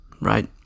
right